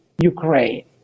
Ukraine